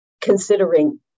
considering